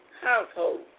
household